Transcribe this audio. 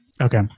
Okay